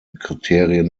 kriterien